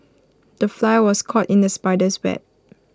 the fly was caught in the spider's web